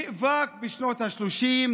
נאבק בשנות השלושים,